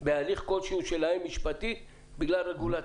בהליך כלשהו שלהם, משפטי, בגלל רגולציה.